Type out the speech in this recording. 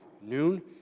noon